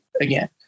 Again